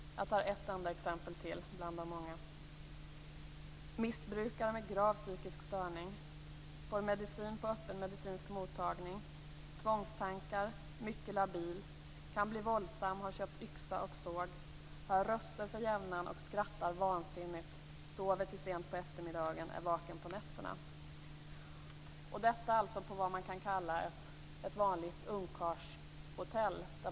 Jag tar ett exempel till bland de många: Missbrukare med grav psykisk störning. Får medicin på öppen medicinsk mottagning. Tvångstankar. Mycket labil. Kan bli våldsam, har köpt yxa och såg. Hör röster för jämnan och skrattar vansinnigt. Sover till sent på eftermiddagen, är vaken på nätterna. Detta var alltså vad man kan kalla ett vanligt ungkarlshotell.